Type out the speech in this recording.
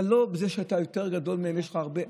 לא בזה שאתה יותר גדול מהם ויש לך הרבה,